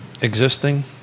existing